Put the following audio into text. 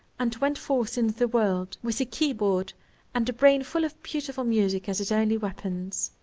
and went forth in the world with the keyboard and a brain full of beautiful music as his only weapons.